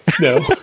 No